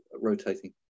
rotating